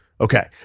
okay